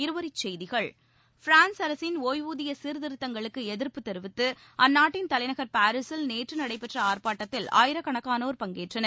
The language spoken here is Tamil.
இருவரிச்செய்திகள் பிரான்ஸ் அரசின் ஒய்வூதிய சீர்திருத்தங்களுக்கு எதிர்ப்பு தெரிவித்து அந்நாட்டின் தலைநகர் பாரீஸில் நேற்று நடைபெற்ற ஆர்ப்பாட்டத்தில் ஆயிரக்கணக்கானோர் பங்கேற்றனர்